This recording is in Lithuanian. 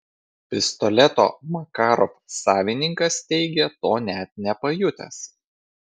pistoleto makarov savininkas teigia to net nepajutęs